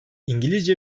i̇ngilizce